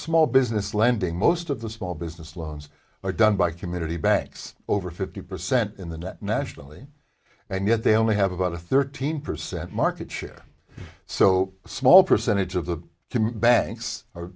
small business lending most of the small business loans are done by community banks over fifty percent in the net nationally and yet they only have about a thirteen percent market share so a small percentage of the